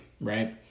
right